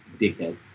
dickhead